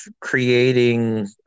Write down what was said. creating